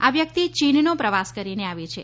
આ વ્યક્તિ ચીનનો પ્રવાસ કરીને આવી છે